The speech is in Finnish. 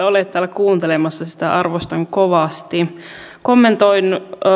olet täällä kuuntelemassa sitä arvostan kovasti kommentoin